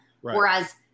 Whereas